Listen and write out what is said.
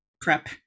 prep